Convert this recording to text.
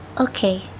Okay